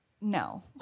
no